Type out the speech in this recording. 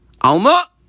Alma